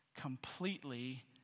completely